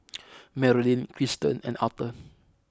Maralyn Kiersten and Arther